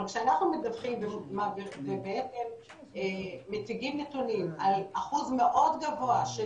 אבל כשאנחנו מדווחים ומציגים נתונים על אחוז מאוד גבוה של